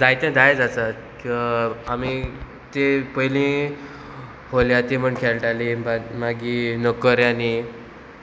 जायते दायज आसात आमी ती पयली होलयाती म्हण खेळटाली मागी लोकऱ्यांनी